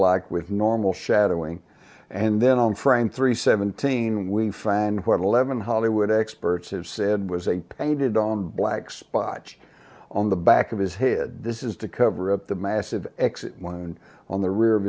like with normal shadowing and then on frame three seventeen we find what eleven hollywood experts have said was a painted on black spot on the back of his head this is to cover up the massive exit wound on the rear of